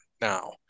now